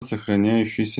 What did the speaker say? сохраняющейся